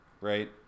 right